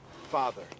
father